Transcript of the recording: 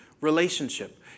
relationship